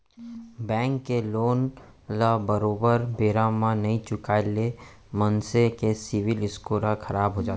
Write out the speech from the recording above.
bank के loan ल बरोबर बेरा म नइ चुकाय ले मनसे के सिविल स्कोर ह खराब हो जाथे